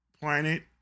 planet